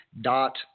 dot